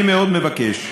אני מאוד מבקש,